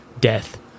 death